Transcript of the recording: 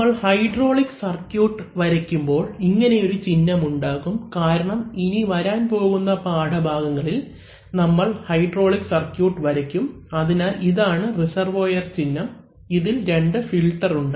നമ്മൾ hydraulic circuit വരയ്ക്കുമ്പോൾ ഇങ്ങനെയൊരു ചിഹ്നം ഉണ്ടാകും കാരണം ഇനി വരാൻ പോകുന്ന പാഠഭാഗങ്ങളിൽ നമ്മൾ ഹൈഡ്രോളിക് സർക്യൂട്ട് വരയ്ക്കും അതിനാൽ ഇതാണ് റിസർവോയർ ചിഹ്നം ഇതിൽ രണ്ട് ഫിൽറ്റർ ഉണ്ട്